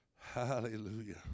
Hallelujah